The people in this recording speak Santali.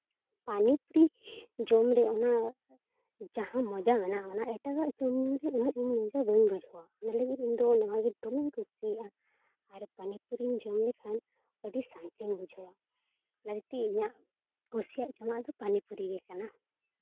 ᱯᱟᱹᱱᱤ ᱯᱩᱨᱤ ᱡᱚᱢᱨᱮ ᱚᱱᱟ ᱡᱟᱦᱟᱸ ᱢᱚᱡᱟ ᱢᱮᱱᱟᱜᱼᱟ ᱚᱱᱟ ᱮᱴᱟᱜᱟᱜ ᱡᱚᱢᱼᱧᱩ ᱨᱮ ᱩᱱᱟᱹᱜ ᱢᱚᱡᱟ ᱤᱧ ᱵᱟᱹᱧ ᱵᱩᱡᱷᱟᱹᱣᱟ ᱚᱱᱟ ᱞᱟᱹᱜᱤᱫ ᱤᱧᱫᱚ ᱱᱚᱣᱟᱜᱮ ᱫᱚᱢᱮᱧ ᱠᱩᱥᱤᱭᱟᱜᱼᱟ ᱟᱨ ᱯᱟᱹᱱᱤ ᱯᱩᱨᱤᱧ ᱡᱚᱢ ᱞᱮᱠᱷᱟᱱ ᱟᱹᱰᱤ ᱥᱟᱹᱱᱛᱤᱧ ᱵᱩᱡᱷᱟᱹᱣᱟ ᱚᱱᱟ ᱦᱚᱛᱮᱡ ᱛᱮ ᱤᱧᱟᱹᱜ ᱠᱩᱥᱤᱭᱟᱜ ᱡᱚᱢᱟᱜ ᱫᱚ ᱯᱟᱹᱱᱤ ᱯᱩᱨᱤ ᱜᱮ ᱠᱟᱱᱟ